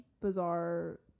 bizarre